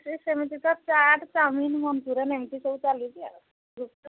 ସେ ସେମିତି ତ ଚାଟ୍ ଚାଓମିିନ ମଞ୍ଚୁରିଆନ୍ ଏମିତି ସବୁ ଚାଲିଛି ଆଉ ଗୁପ୍ଚୁପ୍